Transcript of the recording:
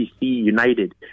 United